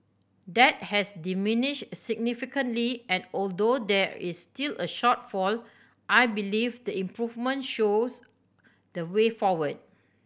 that has diminished significantly and although there is still a shortfall I believe the improvement shows the way forward